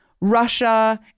Russia